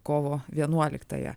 kovo vienuoliktąją